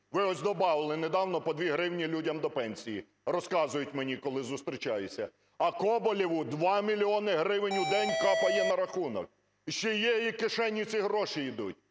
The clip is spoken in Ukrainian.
Ви ось добавили недавно по 2 гривні людям до пенсії, розказують мені, коли зустрічаються. А Коболєву – 2 мільйони гривень у день капає на рахунок. Із чиєї кишені ці гроші йдуть?